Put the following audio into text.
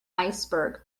iceberg